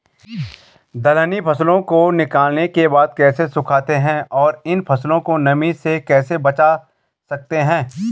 दलहनी फसलों को निकालने के बाद कैसे सुखाते हैं और इन फसलों को नमी से कैसे बचा सकते हैं?